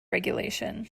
regulation